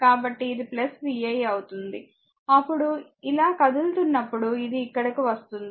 కాబట్టి ఇది v1 అవుతుంది అప్పుడు ఇలా కదులుతున్నప్పుడు అది ఇక్కడకు వస్తుంది